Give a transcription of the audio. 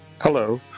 Hello